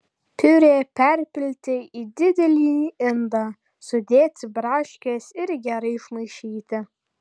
piurė perpilti į didelį indą sudėti braškes ir gerai išmaišyti